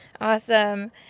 Awesome